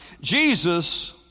Jesus